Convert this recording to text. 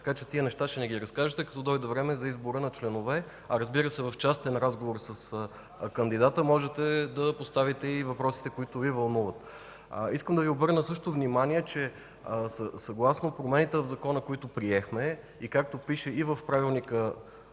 Така че тези неща ще ни разкажете, когато дойде време за избор на членове. Разбира се, в частен разговор с кандидата може да поставите и въпросите, които Ви вълнуват. Искам да Ви обърна също внимание, че съгласно промените в Закона, които приехме, и както пише и в Правилника